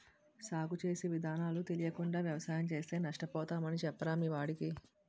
సాగు చేసే విధానాలు తెలియకుండా వ్యవసాయం చేస్తే నష్టపోతామని చెప్పరా మీ వాడికి